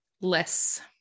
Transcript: less